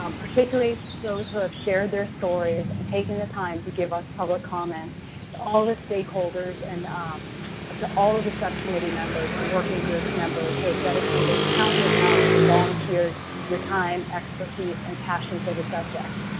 um particularly those who have shared their stories and taken the time to give us public comment. to all the stakeholders and ah to all of the subcommittee members and working group members who have dedicated countless hours and volunteered your time, expertise, and passion for the subject,